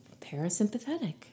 parasympathetic